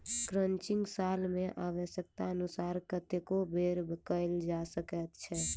crutching साल मे आव्श्यकतानुसार कतेको बेर कयल जा सकैत छै